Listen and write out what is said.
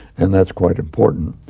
and that's quite important.